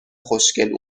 خوشگل